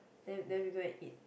then then we go and eat